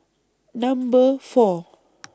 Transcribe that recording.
Number four